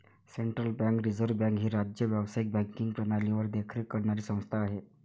central bank reserve bank ही राज्य व्यावसायिक बँकिंग प्रणालीवर देखरेख करणारी संस्था आहे